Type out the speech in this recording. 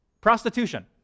prostitution